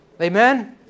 Amen